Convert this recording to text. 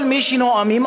כל מי שנואמים,